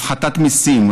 הפחתת מיסים,